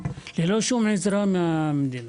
ללא שום עזרה מהמדינה.